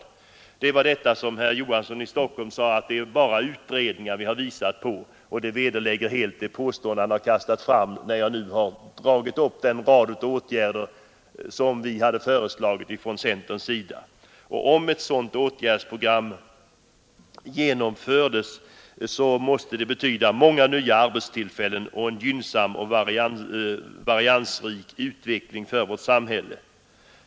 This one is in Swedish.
Herr Knut Johansson i Stockholm sade om detta att vi endast visat på förslag om utredningar, men när jag nu dragit fram den rad av åtgärder, som vi hade föreslagit från centerns sida, vederlägger detta helt det påstående han kommit med. Om ett sådant program genomfördes, måste det betyda många nya arbetstillfällen och en gynnsam och variationsrik utveckling för vårt samhälle.